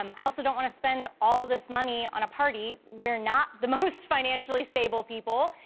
um i also don't wanna spend all this money on a party. we're not the most financially stable people,